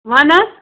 وَن حظ